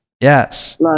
Yes